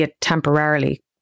temporarily